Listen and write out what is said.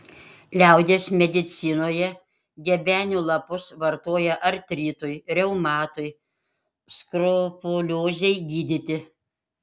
liaudies medicinoje gebenių lapus vartoja artritui reumatui skrofuliozei gydyti